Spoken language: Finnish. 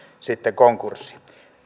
sitten konkurssi